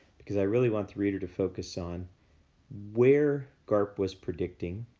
because i really want the reader to focus on where garp was predicting